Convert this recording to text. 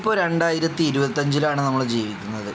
ഇപ്പോൾ രണ്ടായിരത്തി ഇരുപത്തി അഞ്ചിലാണ് നമ്മൾ ജീവിക്കുന്നത്